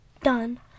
Done